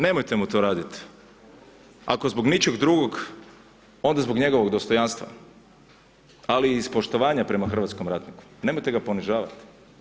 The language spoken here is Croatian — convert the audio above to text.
Nemojte mu to raditi, ako zbog ničeg drugog onda zbog njegovog dostojanstva ali i iz poštovanja prema hrvatskom ratniku, nemojte ga ponižavat.